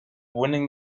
winning